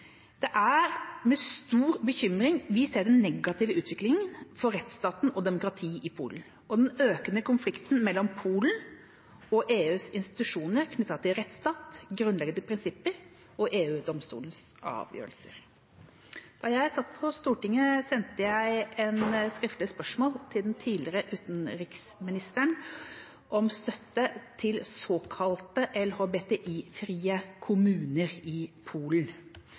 Det er med stor bekymring vi ser den negative utviklingen for rettsstaten og demokrati i Polen og den økende konflikten mellom Polen og EUs institusjoner knyttet til rettsstat, grunnleggende prinsipper og EU-domstolens avgjørelser. Da jeg satt på Stortinget, sendte jeg et skriftlig spørsmål til den tidligere utenriksministeren om støtte til såkalte LHBTI-frie kommuner i Polen.